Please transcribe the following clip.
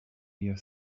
your